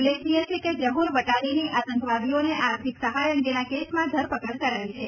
ઉલ્લેખનિય છે કે ઝહુર વટાલીની આતંકવાદીઓને આર્થિક સહાય અંગેના કેસમાં ધરપકડ કરાઈ છે